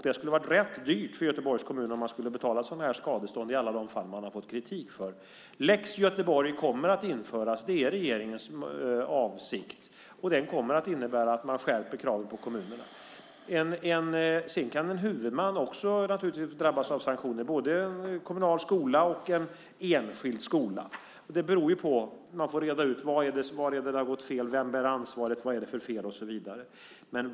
Det skulle bli rätt dyrt för Göteborgs kommun om man skulle betala sådana här skadestånd i alla de fall man har fått kritik. Lex Göteborg kommer att införas; det är regeringens avsikt. Den kommer att innebära att man skärper kraven på kommunerna. En huvudman kan naturligtvis också drabbas av sanktioner, både en kommunal skola och en enskild skola. Man får reda ut vad det är som har gått fel och vem som bär ansvaret och så vidare.